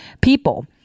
people